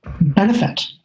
benefit